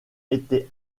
étaient